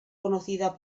conocida